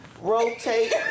rotate